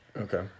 Okay